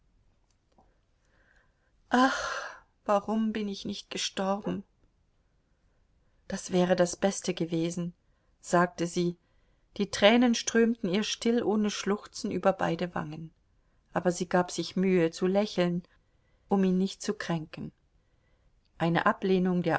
warum bin ich nicht gestorben das wäre das beste gewesen sagte sie die tränen strömten ihr still ohne schluchzen über beide wangen aber sie gab sich mühe zu lächeln um ihn nicht zu kränken eine ablehnung der